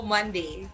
Monday